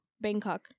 Bangkok